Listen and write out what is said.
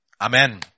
amen